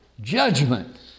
Judgment